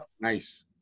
Nice